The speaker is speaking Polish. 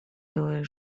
były